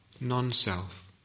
non-self